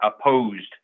opposed